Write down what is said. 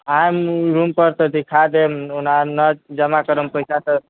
आयब रूमपर तऽ देखाए देब ओना नहि जमा करब पैसा तऽ